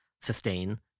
sustain